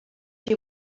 you